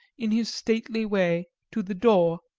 in his stately way, to the door,